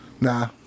Nah